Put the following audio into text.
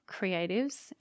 creatives